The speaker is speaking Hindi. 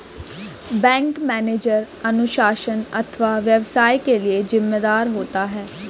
बैंक मैनेजर अनुशासन अथवा व्यवसाय के लिए जिम्मेदार होता है